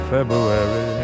February